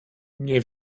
nie